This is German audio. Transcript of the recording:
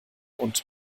und